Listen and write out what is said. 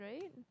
right